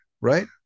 right